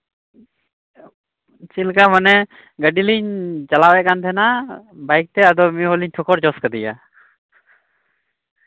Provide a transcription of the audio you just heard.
ᱪᱮᱫᱞᱮᱠᱟ ᱢᱟᱱᱮ ᱜᱟᱹᱰᱤᱞᱤᱧ ᱪᱟᱞᱟᱣᱮᱫ ᱛᱟᱦᱮᱸᱱᱟ ᱟᱫᱚ ᱢᱤᱫ ᱦᱚᱲᱞᱤᱧ ᱴᱷᱚᱠᱚᱨ ᱡᱚᱥ ᱠᱟᱫᱮᱭᱟ